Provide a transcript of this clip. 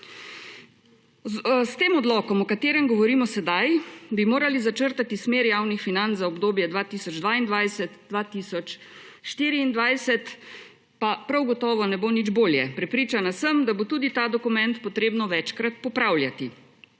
S tem odlokom, o katerem govorimo sedaj, bi morali začrtati smer javnih financ za obdobje 2022–2024, pa prav gotovo ne bo nič bolje. Prepričana sem, da bo tudi ta dokument potrebno večkrat popravljati.